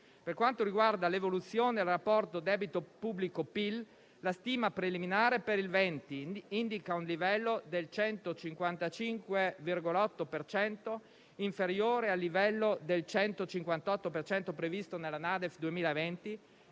Per quanto riguarda l'evoluzione del rapporto debito pubblico-PIL, la stima preliminare per il 2020 indica un livello del 155,8 per cento inferiore al livello del 158 per cento previsto nella NADEF 2020